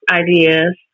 ideas